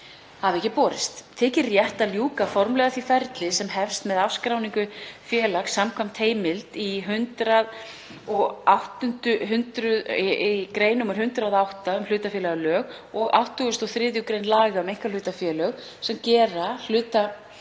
hafi hún ekki borist. Þykir rétt að ljúka formlega því ferli sem hefst með afskráningu félags samkvæmt heimild í 108. gr. um hlutafélagalög og 83. gr. laga um einkahlutafélög sem gera hlutafélagaskrá